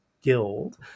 Guild